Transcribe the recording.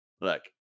look